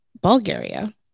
Bulgaria